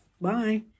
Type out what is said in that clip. Bye